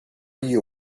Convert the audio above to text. you